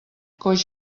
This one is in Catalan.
coix